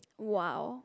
!wow!